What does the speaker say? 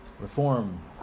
Reform